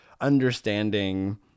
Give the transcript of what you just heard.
understanding